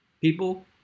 people